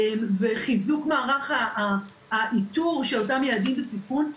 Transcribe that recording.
וחיזוק מערך האיתור של אותם ילדים בסיכון.